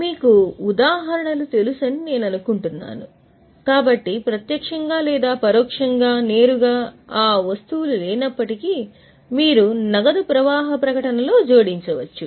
మీకు ఉదాహరణలు తెలుసని నేను అనుకుంటున్నాను కాబట్టి ప్రత్యక్షంగా లేదా పరోక్షంగా నేరుగా ఆ వస్తువులు లేనప్పటికీ మీరు నగదు ప్రవాహ ప్రకటనలో జోడించవచ్చు